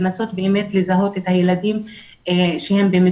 לנסות לזהות את הילדים שבמצוקה,